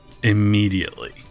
immediately